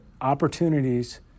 opportunities